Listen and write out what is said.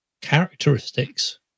characteristics